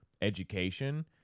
education